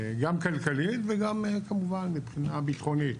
גם כלכלית וגם כמובן מבחינה ביטחונית